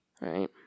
right